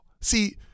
see